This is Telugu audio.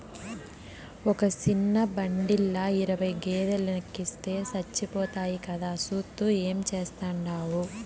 ఒక సిన్న బండిల ఇరవై గేదేలెనెక్కిస్తే సచ్చిపోతాయి కదా, సూత్తూ ఏం చేస్తాండావు